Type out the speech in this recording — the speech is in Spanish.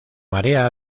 marea